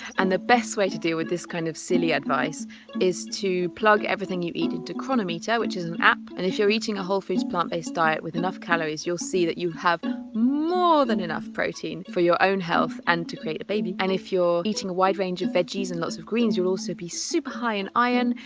and the best way to deal with this kind of silly advice is to plug everything you eat it into cronometer which is an app, and if you're eating a whole foods plant-based diet with enough calories you'll see that you have more than enough protein for your own health and to create a baby. and if you're eating a wide range of veggies and lots of greens you'll also be super high in iron,